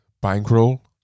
Bankroll